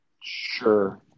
Sure